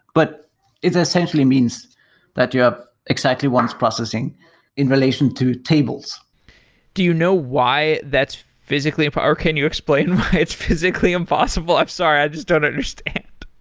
but it essentially means that you have exactly-once processing in relation to tables do you know why that's physically but or can you explain why it's physically impossible? i'm sorry. i just don't understand.